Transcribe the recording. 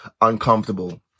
uncomfortable